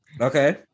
Okay